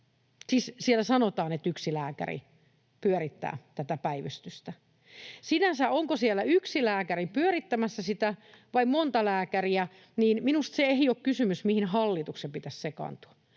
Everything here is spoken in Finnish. Siis siellä sanotaan, että yksi lääkäri pyörittää tätä päivystystä. Sinänsä se, onko siellä yksi lääkäri vai monta lääkäriä pyörittämässä sitä, ei minusta ole kysymys, mihin hallituksen pitäisi sekaantua.